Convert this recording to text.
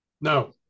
No